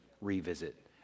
revisit